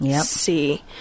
see